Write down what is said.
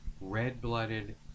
red-blooded